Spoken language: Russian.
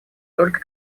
только